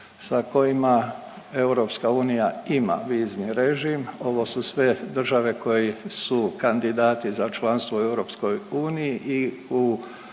sa kojima EU ima vizni režim. Ovo su sve države koje su kandidati za članstvo u EU i u